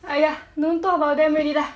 !aiya! don't talk about them already lah